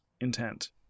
intent